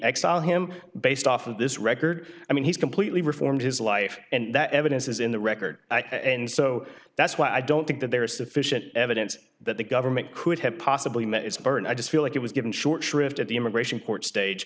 exile him based off of this record i mean he's completely reformed his life and that evidence is in the record and so that's why i don't think that there is sufficient evidence that the government could have possibly met its burden i just feel like it was given short shrift at the immigration court stage